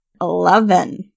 Eleven